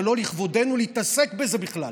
זה לא לכבודנו להתעסק בזה בכלל.